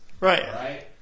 Right